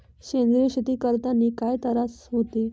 सेंद्रिय शेती करतांनी काय तरास होते?